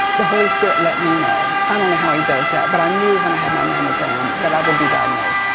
the holy spirit let me know, i don't know how he does that but i knew when i had my mammogram that i would be diagnosed.